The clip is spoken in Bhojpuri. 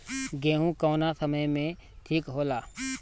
गेहू कौना समय मे ठिक होला?